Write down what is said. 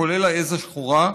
כולל העז השחורה,